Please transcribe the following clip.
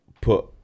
put